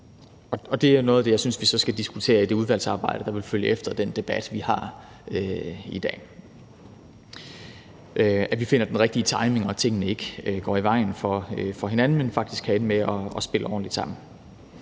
Og det er noget af det, jeg synes vi så skal diskutere i det udvalgsarbejde, der vil følge efter den debat, vi har i dag, altså at vi finder den rigtige timing og tingene ikke går i vejen for hinanden, men faktisk kan ende med at spille ordentligt sammen.